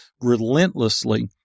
relentlessly